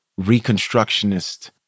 Reconstructionist